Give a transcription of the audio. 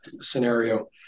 scenario